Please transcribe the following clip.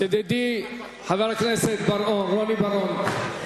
ידידי חבר הכנסת רוני בר-און,